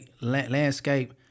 landscape